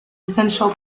essential